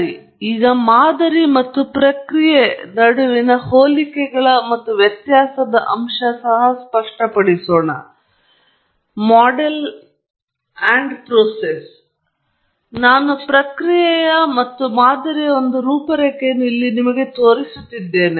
ಸರಿ ಮಾದರಿ ಮತ್ತು ಪ್ರಕ್ರಿಯೆ ಮತ್ತು ಹೋಲಿಕೆಗಳ ನಡುವಿನ ವ್ಯತ್ಯಾಸದ ಅಂಶ ಸಹ ಸ್ಪಷ್ಟಪಡಿಸುವುದು ನಾನು ಪ್ರಕ್ರಿಯೆಯ ಮತ್ತು ಮಾದರಿಯ ಒಂದು ರೂಪರೇಖೆಯನ್ನು ಇಲ್ಲಿ ನಿಮಗೆ ತೋರಿಸುತ್ತಿದ್ದೇನೆ